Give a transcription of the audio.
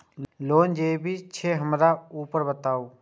Loan जे भी छे हमरा ऊपर बताबू?